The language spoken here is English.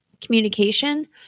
communication